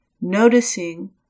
noticing